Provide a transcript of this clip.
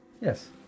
yes